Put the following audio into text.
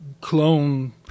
clone